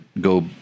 go